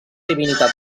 divinitat